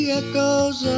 echoes